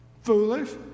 foolish